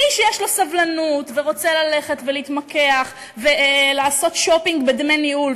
מי שיש לו סבלנות ורוצה ללכת ולהתמקח ולעשות שופינג בדמי ניהול,